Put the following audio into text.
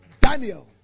Daniel